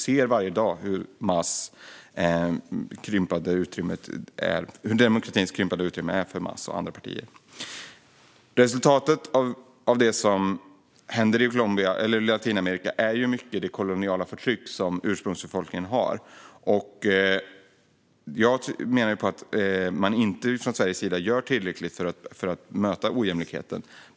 Vi ser varje dag hur det demokratiska utrymmet krymper för Mas och andra partier. Resultatet av det som händer i Latinamerika är i stor utsträckning det koloniala förtryck som ursprungsbefolkningen utsätts för. Jag menar att man inte från Sveriges sida gör tillräckligt för att möta ojämlikheten.